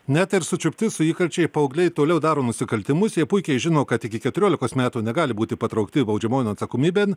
net ir sučiupti su įkalčiai paaugliai toliau daro nusikaltimus jie puikiai žino kad iki keturiolikos metų negali būti patraukti baudžiamojon atsakomybėn